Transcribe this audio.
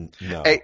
no